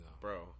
Bro